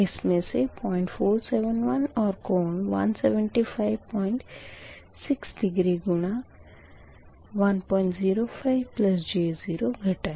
इसमें से 0471 और कोण 1756 डिग्री गुणा 105 j 0 घटाए